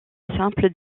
simple